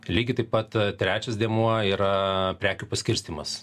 lygiai taip pat trečias dėmuo yra prekių paskirstymas